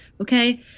Okay